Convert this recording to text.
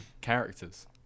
characters